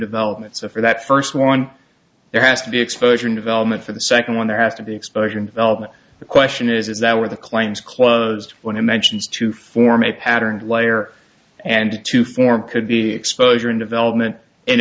development so for that first one there has to be exposure and development for the second one there has to be exposure and development the question is is that with the claims closed when he mentions to form a pattern layer and to form could be exposure and development in